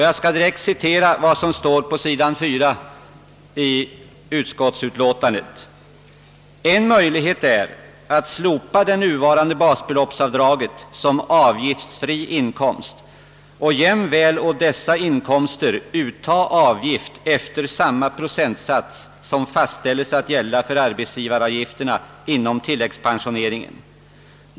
Jag skall direkt citera vad som står på sidan 4 i utskottsutlåtandet: »En möjlighet är att slopa det nuvarande basbeloppsavdraget som avgiftsfri inkomst och jämväl å dessa inkomster utta avgift efter samma procentsats som fastställes att gälla för arbetsgivaravgifterna inom tilläggspensioneringen.